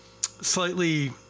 slightly